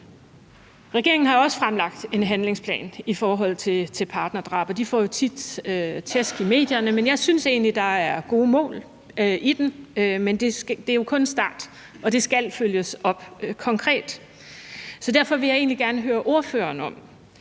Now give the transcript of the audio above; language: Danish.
Regeringen har også fremlagt en handlingsplan i forhold til partnerdrab. De får jo tit tæsk i medierne, men jeg synes egentlig, der er gode mål i den. Men det er jo kun en start, og den skal følges op konkret. Derfor vil jeg egentlig gerne høre ordføreren, om